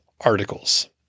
articles